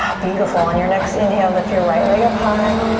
beautiful, on your next inhale lift your right leg up high.